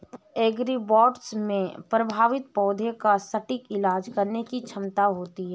agribots में प्रभावित पौधे का सटीक इलाज करने की क्षमता होती है